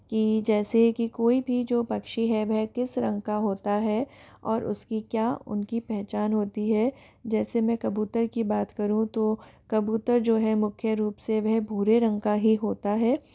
कि जैसे कि कोई भी जो पक्षी है वह किस रंग का होता है और उसकी क्या उनकी पहचान होती है जैसे मैं कबूतर की बात करूँ तो कबूतर जो है मुख्य रूप से वह भूरे रंग का ही होता है